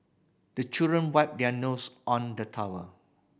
the children wipe their nose on the towel